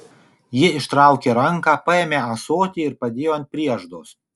ji ištraukė ranką paėmė ąsotį ir padėjo ant prieždos